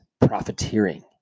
profiteering